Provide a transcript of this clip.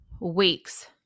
week's